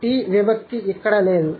t విభక్తి ఇక్కడ లేదు